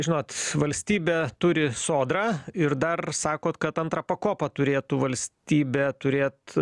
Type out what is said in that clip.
žinot valstybė turi sodrą ir dar sakot kad antrą pakopą turėtų valstybė turėt